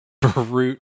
Brute